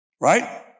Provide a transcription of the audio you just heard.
Right